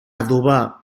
adobar